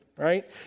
right